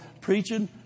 preaching